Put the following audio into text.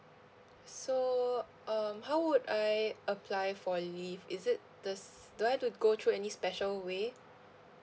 so um how would I apply for leave is it does do I have to go through any special way